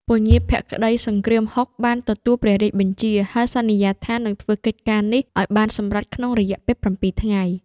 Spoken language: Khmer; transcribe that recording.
ពញាភក្តីសង្គ្រាមហុក បានទទួលព្រះរាជបញ្ជា ហើយសន្យាថានឹងធ្វើកិច្ចការនេះឲ្យបានសម្រេចក្នុងរយៈពេល ៧ ថ្ងៃ។